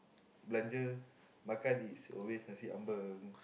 belanja is always nasi-ambeng